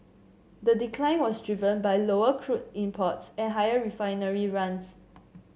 the decline was driven by lower crude imports and higher refinery runs